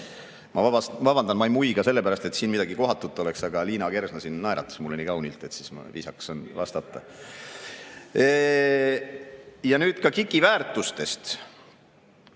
Ma vabandan, ma ei muiga sellepärast, et siin midagi kohatut oleks, aga Liina Kersna naeratas mulle nii kaunilt, et viisakas on vastata. Ja nüüd ka KIK-i väärtustest.